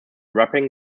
rapping